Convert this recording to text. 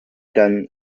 done